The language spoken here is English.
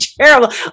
terrible